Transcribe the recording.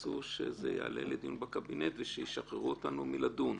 תלחצו שזה יעלה לדיון בקבינט ושישחררו אותנו מלדון,